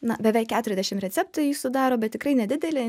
na beveik keturiasdešim receptų jį sudaro bet tikrai nedidelė